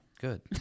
good